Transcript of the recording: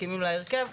מקימים לה הרכב,